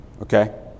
Okay